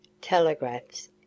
telegraphs